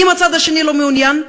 אם הצד השני לא מעוניין,